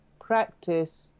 practice